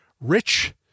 Rich